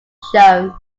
shown